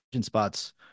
spots